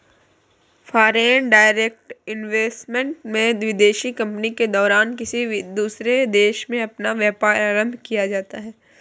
foreign direct investment में विदेशी company के द्वारा किसी दूसरे देश में अपना व्यापार आरंभ किया जाता है